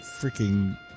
freaking